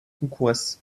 concourès